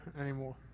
anymore